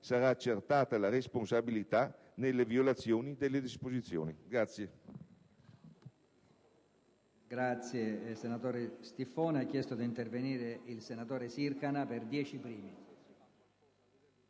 sarà accertata la responsabilità nella violazione delle disposizioni.